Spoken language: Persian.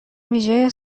ویژه